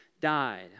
died